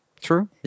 True